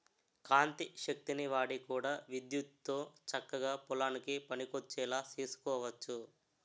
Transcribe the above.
కాంతి శక్తిని వాడి కూడా విద్యుత్తుతో చక్కగా పొలానికి పనికొచ్చేలా సేసుకోవచ్చు